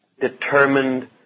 Determined